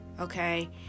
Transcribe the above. okay